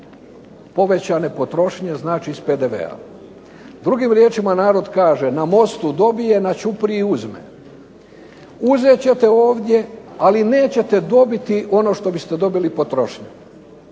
povećane potrošnje, znači iz PDV-a. Drugim riječima narod kaže – na mostu dobije, na ćupriji uzme. Uzet ćete ovdje, ali nećete dobiti ono što biste dobili potrošnjom.